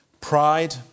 pride